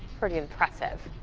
pretty impressiv